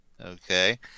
okay